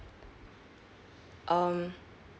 um